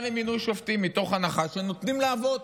למינוי שופטים מתוך הנחה שנותנים לעבוד.